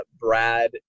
Brad